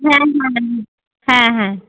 হ্যাঁ হ্যাঁ হ্যাঁ হ্যাঁ হ্যাঁ